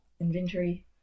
inventory